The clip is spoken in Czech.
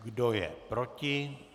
Kdo je proti?